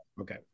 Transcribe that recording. okay